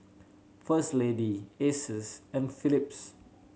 First Lady Asus and Phillips